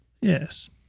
Yes